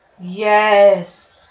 Yes